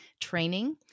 training